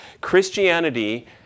Christianity